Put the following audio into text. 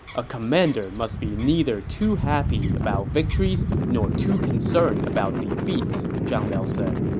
a commander must be neither too happy about victories nor too concerned about defeats, zhang liao said.